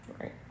Right